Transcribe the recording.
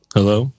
Hello